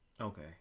Okay